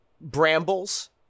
brambles